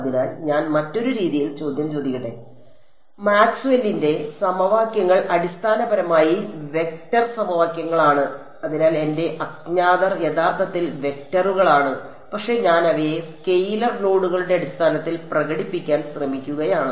അതിനാൽ ഞാൻ മറ്റൊരു രീതിയിൽ ചോദ്യം ചോദിക്കട്ടെ മാക്സ്വെല്ലിന്റെ സമവാക്യങ്ങൾ അടിസ്ഥാനപരമായി വെക്റ്റർ സമവാക്യങ്ങളാണ് അതിനാൽ എന്റെ അജ്ഞാതർ യഥാർത്ഥത്തിൽ വെക്റ്ററുകളാണ് പക്ഷേ ഞാൻ അവയെ സ്കെയിലർ നോഡുകളുടെ അടിസ്ഥാനത്തിൽ പ്രകടിപ്പിക്കാൻ ശ്രമിക്കുകയാണ്